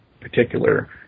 particular